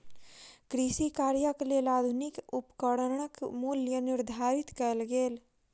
कृषि कार्यक लेल आधुनिक उपकरणक मूल्य निर्धारित कयल गेल